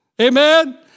amen